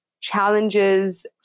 challenges